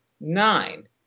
nine